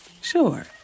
Sure